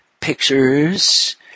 pictures